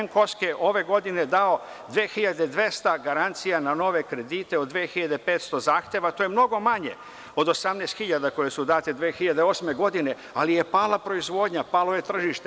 NKOSK je ove godine dao 2.200 garancija na nove kredite od 2.500 zahteva, što je mnogo manje od 18.000 koje su date 2008. godine, ali je pala proizvodnja, palo je tržište.